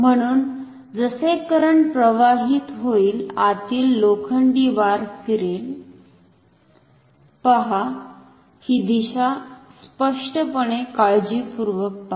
म्हणुन जसे करंट प्रवाहित होईल आतील लोखंडी बार फिरेल पहा ही दिशा स्पष्ट पणे काळजीपूर्वक पहा